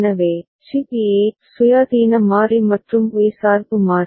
எனவே C P A சுயாதீன மாறி மற்றும் ஒய் சார்பு மாறி